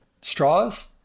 straws